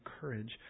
courage